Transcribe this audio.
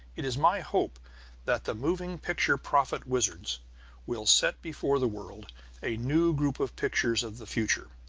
it is my hope that the moving picture prophet-wizards will set before the world a new group of pictures of the future.